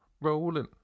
rolling